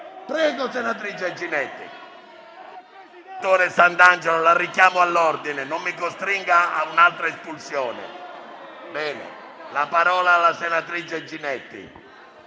prego, senatrice Ginetti.